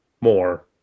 more